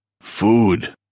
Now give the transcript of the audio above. food